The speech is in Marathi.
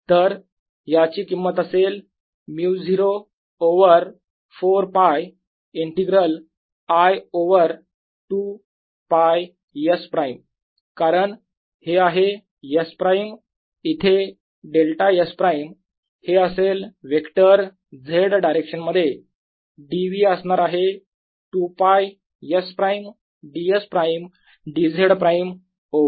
तर ह्याची किंमत असेल μ0 over 4 π integral I over 2 π S prime कारण हे आहे S प्राइम इथे डेल्टा S प्राईम हे असेल वेक्टर Z डायरेक्शन मध्ये dv असणार आहे 2 π S prime ds prime dZ prime over